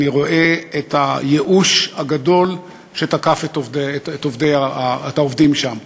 אני רואה את הייאוש הגדול שתקף את העובדים שם.